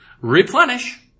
replenish